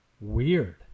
Weird